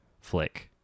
flick